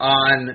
on